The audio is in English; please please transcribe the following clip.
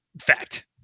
Fact